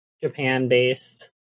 Japan-based